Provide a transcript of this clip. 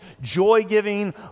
joy-giving